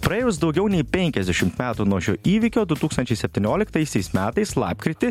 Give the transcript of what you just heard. praėjus daugiau nei penkiasdešimt metų nuo šio įvykio du tūkstančiai septynioliktaisiais metais lapkritį